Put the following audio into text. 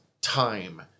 time